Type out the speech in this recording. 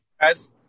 Guys